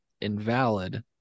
invalid